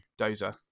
dozer